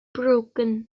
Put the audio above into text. broken